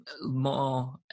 more